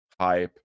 hype